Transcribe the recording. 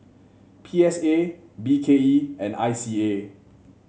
P S A B K E and I C A